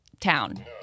town